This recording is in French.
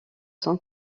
son